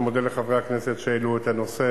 אני מודה לחברי הכנסת שהעלו את הנושא